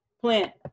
plant